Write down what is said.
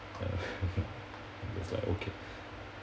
ya it's like okay